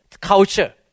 culture